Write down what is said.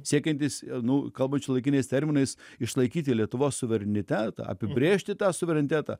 siekiantis nu kalbant šiuolaikiniais terminais išlaikyti lietuvos suverenitetą apibrėžti tą suverenitetą